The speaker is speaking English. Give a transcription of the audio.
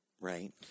right